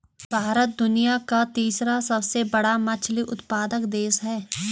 भारत दुनिया का तीसरा सबसे बड़ा मछली उत्पादक देश है